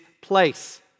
place